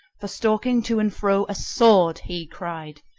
for stalking to and fro a sword! he cried,